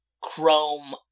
chrome